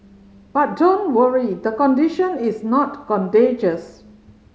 but don't worry the condition is not contagious